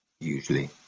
usually